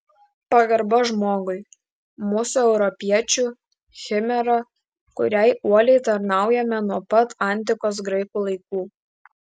pagarba žmogui mūsų europiečių chimera kuriai uoliai tarnaujame nuo pat antikos graikų laikų